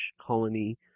colony